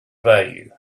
value